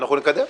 אנחנו נקדם.